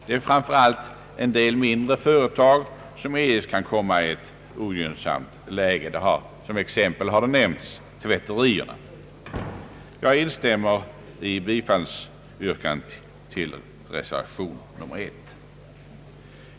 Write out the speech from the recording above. Det är framför allt en del mindre företag som eljest kan komma i ett ogynnsamt läge. Som exempel har nämnts tvätterierna. Jag instämmer i bifallsyrkandet till reservation 1.